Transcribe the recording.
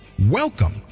Welcome